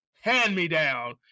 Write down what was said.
hand-me-down